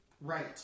Right